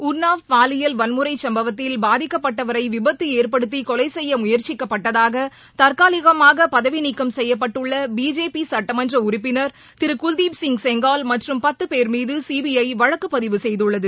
உன்னாவ் பாலியல் சம்பவத்தில் வன்முறைச் பாதிக்கப்பட்டவரைவிபத்துஏற்படுத்திகொலைசெய்யமுயற்சிக்கப்பட்டதாகதற்காலிகமாகபதவிநீக்கம் செய்யப்பட்டுள்ளபிஜேபிசுட்டமன்றஉறுப்பினர் திருகுல்தீப்சிங் செங்கால் மற்றும் பத்தபேர் மீதசிபிஜவழக்குபதிவு செய்துள்ளது